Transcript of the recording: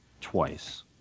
twice